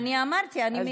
אני אמרתי: אני מקווה.